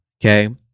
okay